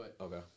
Okay